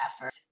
effort